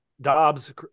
Dobbs